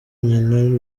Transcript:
nyina